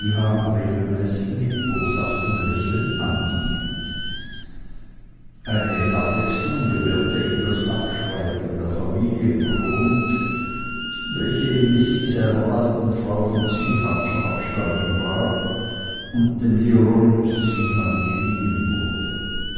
regelmäßig mit boshaftem lächeln anhielt eine abwechslung gewährte ihm das abschreiben der familienchronik welche im besitze einer alten frau von zwiehanischer abstammung war und dem hieronymus zwiehan geliehen wurde